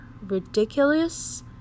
ridiculous